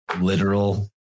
literal